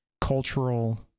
cultural